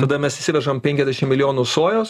tada mes įsivežam penkiasdešimt milijonų sojos